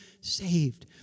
saved